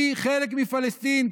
היא חלק מפלסטין,